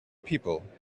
people